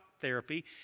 therapy